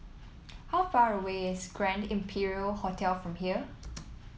how far away is Grand Imperial Hotel from here